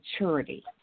maturity